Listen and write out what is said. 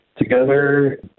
together